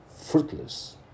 fruitless